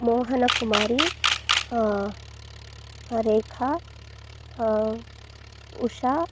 Mohan Kumari Rekha Usha